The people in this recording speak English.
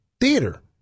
theater